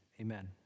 Amen